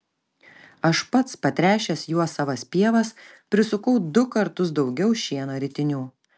aš pats patręšęs juo savas pievas prisukau du kartus daugiau šieno ritinių